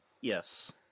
yes